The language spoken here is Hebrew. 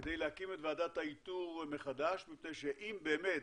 כדי להקים את ועדת האיתור מחדש מפני שאם באמת